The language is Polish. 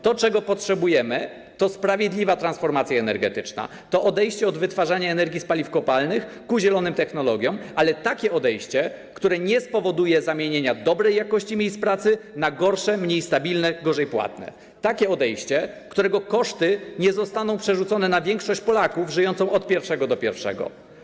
To, czego potrzebujemy, to sprawiedliwa transformacja energetyczna, to odejście od wytwarzania energii z paliw kopalnych i pójście ku zielonym technologiom, ale takie odejście, które nie spowoduje zamienienia dobrej jakości miejsc pracy na gorsze, mniej stabilne, gorzej płatne, takie odejście, którego koszty nie zostaną przerzucone na większość Polaków żyjącą od pierwszego do pierwszego.